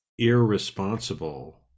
irresponsible